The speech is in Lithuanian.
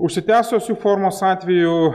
užsitęsus u formos atveju